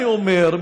אני אומר,